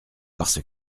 parce